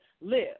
live